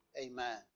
Amen